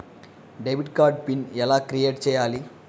Debit card pin ఎలా create చెయ్యాలి?